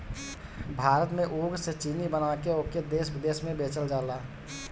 भारत में ऊख से चीनी बना के ओके देस बिदेस में बेचल जाला